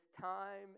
time